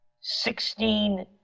Sixteen